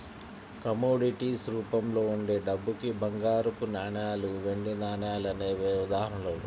commodities రూపంలో ఉండే డబ్బుకి బంగారపు నాణాలు, వెండి నాణాలు అనేవే ఉదాహరణలు